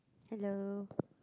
hello